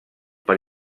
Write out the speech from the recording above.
per